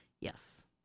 Yes